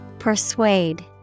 Persuade